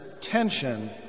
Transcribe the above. tension